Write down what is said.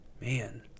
man